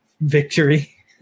victory